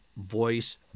voice